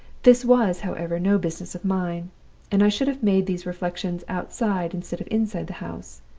this was, however, no business of mine and i should have made these reflections outside instead of inside the house,